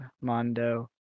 Mondo